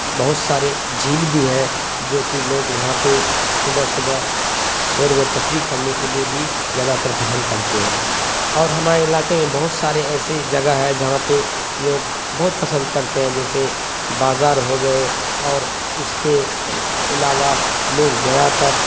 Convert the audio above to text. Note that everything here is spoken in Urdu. بہت سارے جھیل بھی ہیں جو کہ لوگ وہاں پہ صبح صبح سیر و تفریح کرنے کے لیے بھی زیادہ تر پسند کرتے ہیں اور ہمارے علاقے میں بہت سارے ایسے جگہ ہے جہاں پہ لوگ بہت پسند کرتے ہیں جیسے بازار ہو گئے اور اس کے علاوہ لوگ زیادہ تر